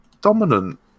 dominant